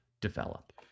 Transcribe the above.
develop